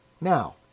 Now